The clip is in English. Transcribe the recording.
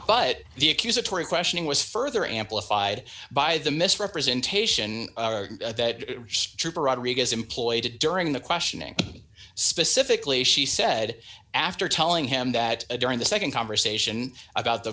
but the accusatory questioning was further amplified by the misrepresentation that trooper rodriguez employed during the questioning specifically she said after telling him that during the nd conversation about the